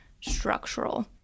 structural